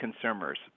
consumers